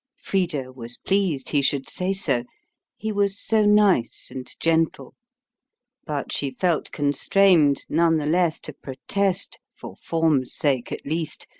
frida was pleased he should say so he was so nice and gentle but she felt constrained none the less to protest, for form's sake at least,